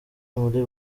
muri